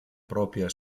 propria